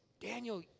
Daniel